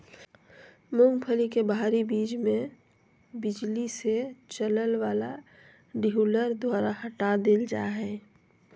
मूंगफली के बाहरी बीज के बिजली से चलय वला डीहुलर द्वारा हटा देल जा हइ